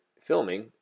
filming